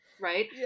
Right